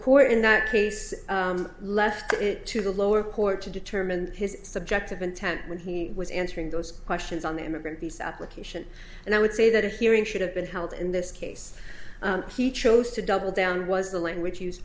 court in that case left it to the lower court to determine his subjective intent when he was answering those questions on the immigrant visa application and i would say that hearing should have been held in this case he chose to double down was the language used